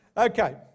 Okay